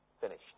finished